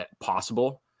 possible